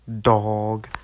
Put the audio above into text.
dog